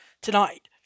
tonight